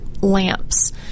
lamps